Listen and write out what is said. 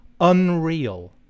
unreal